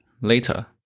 later